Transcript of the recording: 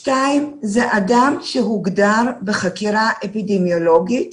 שניים, אדם שהוגדר בחקירה אפידמיולוגית